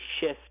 shift